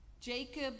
Jacob